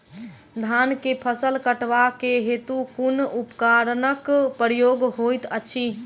धान केँ फसल कटवा केँ हेतु कुन उपकरणक प्रयोग होइत अछि?